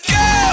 go